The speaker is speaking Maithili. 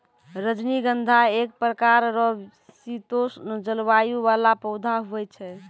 रजनीगंधा एक प्रकार रो शीतोष्ण जलवायु वाला पौधा हुवै छै